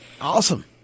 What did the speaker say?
Awesome